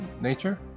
nature